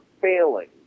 failing